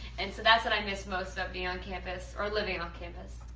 and so that's what i miss most about being on campus, or living off campus.